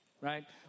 Right